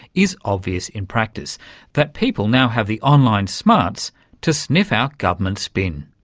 is obvious in practice that people now have the online smarts to sniff out government spin.